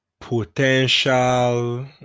potential